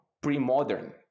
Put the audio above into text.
pre-modern